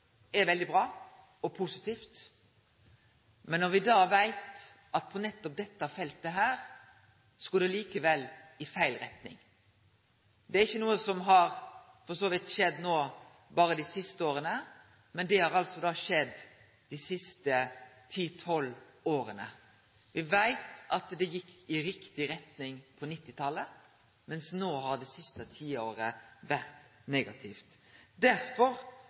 veldig bra og positivt, men no veit me at det nettopp på dette feltet likevel går i feil retning. Dette er for så vidt ikkje noko som har skjedd berre dei siste åra, men det har altså skjedd dei siste ti–tolv åra. Me veit at det gjekk i riktig retning på 1990-tallet, mens det siste tiåret har vore negativt. Derfor